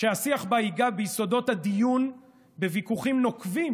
שהשיח בה ייגע ביסודות הדיון, בוויכוחים נוקבים